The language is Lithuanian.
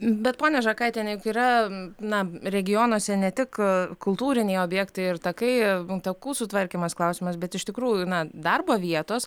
bet ponia žakaitiene juk yra na regionuose ne tik kultūriniai objektai ir takai takų sutvarkymas klausimas bet iš tikrųjų na darbo vietos